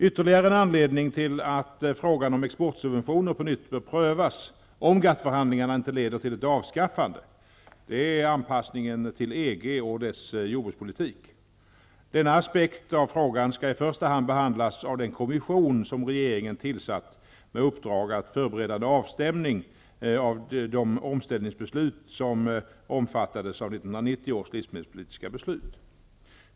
Ytterligare en anledning till att frågan om exportsubventioner på nytt bör prövas -- om GATT-förhandlingarna inte leder till ett avskaffande -- är anpassningen till EG och dess jordbrukspolitik. Denna aspekt av frågan skall i första hand behandlas av den kommission som regeringen tillsatt med uppdrag att förbereda en avstämning av de omställningsbeslut som omfattades av 1990 års livsmedelspolitiska beslut.